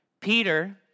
Peter